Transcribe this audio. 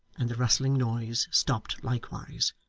and the rustling noise stopped likewise.